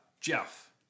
Jeff